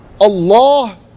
Allah